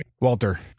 Walter